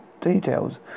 details